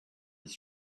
his